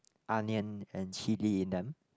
onion and chili in them